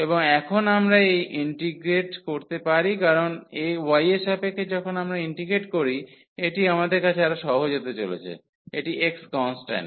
এবং এখন আমরা এটি ইন্টিগ্রেট করতে পারি কারণ y এর সাপেক্ষে যখন আমরা ইন্টিগ্রেট করি এটি আমাদের কাছে আরও সহজ হতে চলেছে এটি x কন্সট্যান্ট